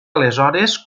aleshores